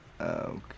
okay